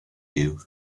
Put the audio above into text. you